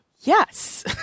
Yes